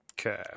Okay